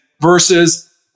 versus